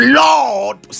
lord